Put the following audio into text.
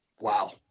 Wow